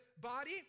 body